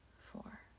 four